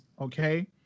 Okay